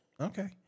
Okay